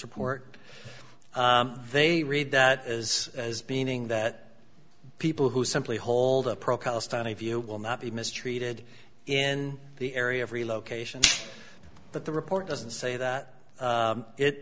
report they read that as as being that people who simply hold a procol stony view will not be mistreated in the area of relocation but the report doesn't say that